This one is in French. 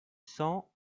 cents